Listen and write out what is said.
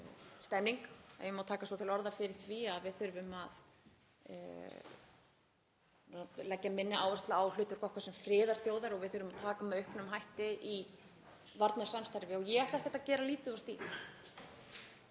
stemning, ef ég má taka svo til orða, fyrir því að við þurfum að leggja minni áherslu á hlutverk okkar sem friðarþjóðar og við þurfum að taka aukinn þátt í varnarsamstarfi og ég ætla ekkert að gera lítið úr því.